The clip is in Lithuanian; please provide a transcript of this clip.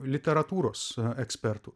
literatūros ekspertų